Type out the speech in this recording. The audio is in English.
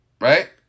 right